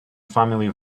family